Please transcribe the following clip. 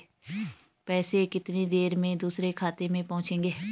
पैसे कितनी देर बाद दूसरे खाते में पहुंचेंगे?